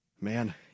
Man